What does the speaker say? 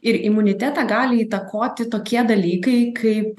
ir imunitetą gali įtakoti tokie dalykai kaip